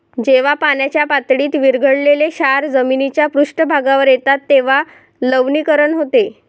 जेव्हा पाण्याच्या पातळीत विरघळलेले क्षार जमिनीच्या पृष्ठभागावर येतात तेव्हा लवणीकरण होते